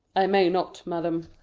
i may not, madam.